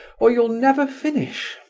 or you'll never finish,